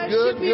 good